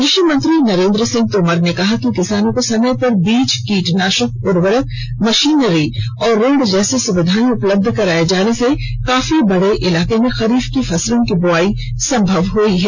कृषि मंत्री नरेंद्र सिंह तोमर ने कहा कि किसानों को समय पर बीज कीटनाशक उर्वरक मशीनरी और ऋण जैसी सुविधाएं उपलब्ध कराए जाने से काफी बड़े इलाके में खरीफ की फसलों की बुआई संभव हई है